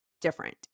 different